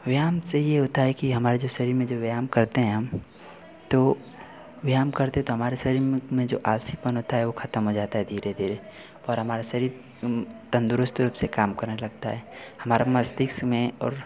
व्यायाम से ये होता है कि हमारे जो शरीर में जो व्यायाम करते हैं हम तो व्यायाम करते तो हमारे शरीर में जो आलसीपन होता है वो ख़त्म हो जाता है धीरे धीरे और हमारा शरीर तंदुरुस्त से काम करने लगता है हमारा मस्तिष्क में और